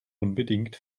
unbedingt